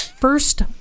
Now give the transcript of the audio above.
First